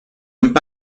sommes